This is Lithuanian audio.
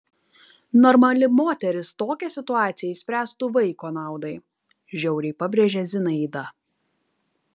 normali moteris tokią situaciją išspręstų vaiko naudai žiauriai pabrėžė zinaida